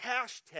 hashtag